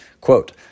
Quote